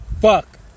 fuck